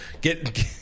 get